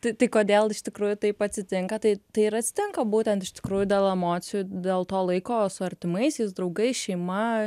tai tai kodėl iš tikrųjų taip atsitinka tai tai ir atsitinka būtent iš tikrųjų dėl emocijų dėl to laiko su artimaisiais draugais šeima